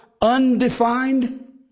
undefined